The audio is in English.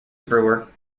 brewer